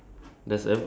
ya